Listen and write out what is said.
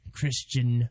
Christian